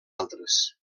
altres